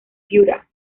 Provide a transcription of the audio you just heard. piura